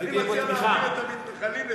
אני מציע להעביר את המתנחלים לטייבה.